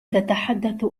تتحدث